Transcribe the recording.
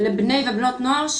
לבני ובנות נוער,